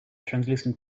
translucent